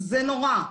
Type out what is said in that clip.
זה נורא.